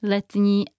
Letní